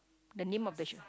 the name of the shop